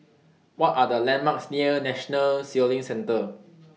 What Are The landmarks near National Sailing Centre